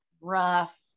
rough